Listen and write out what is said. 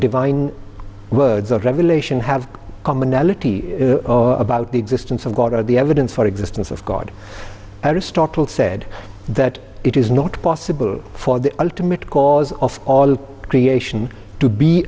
divine words of revelation have a commonality about the existence of god or the evidence for existence of god aristotle said that it is not possible for the ultimate cause of all creation to be